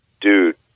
dude